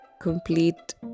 complete